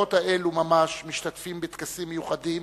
בשעות אלו ממש משתתפים בטקסים מיוחדים